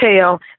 tell